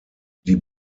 die